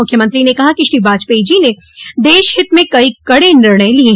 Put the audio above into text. मुख्यमंत्री ने कहा कि श्री वाजपेई जी ने देश हित में कई कड़े निर्णय लिये